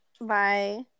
bye